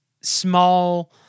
small